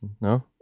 No